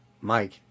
Mike